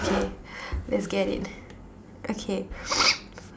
it's okay let's get it okay